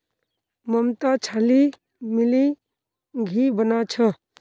ममता छाली मिलइ घी बना छ